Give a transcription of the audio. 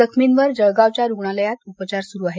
जखमींवर जळगावच्या रुग्णालयात उपचार सुरु आहेत